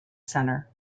center